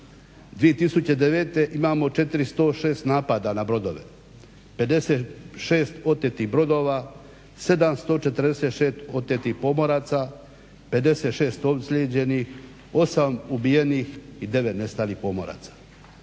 2009. imamo 406 napada na brodove, 56 otetih brodova, 746 otetih pomorca, 56 ozlijeđenih, 8 ubijenih i 9 nestalih pomoraca.